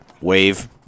wave